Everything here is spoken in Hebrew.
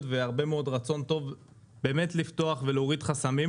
והרבה מאוד רצון טוב באמת לפתוח ולהוריד חסמים.